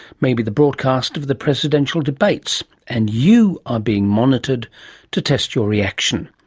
maybe the broadcast of the presidential debates, and you are being monitored to test your reaction.